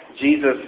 Jesus